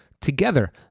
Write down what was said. Together